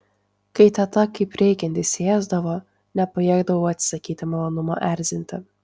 kai teta kaip reikiant įsiėsdavo nepajėgdavau atsisakyti malonumo erzinti